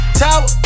tower